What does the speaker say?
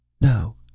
No